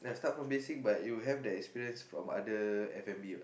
start from basic but you have the experience from other F-and-B what